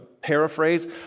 paraphrase